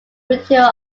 ratio